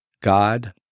God